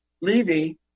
Levy